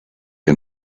and